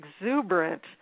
exuberant